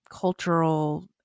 cultural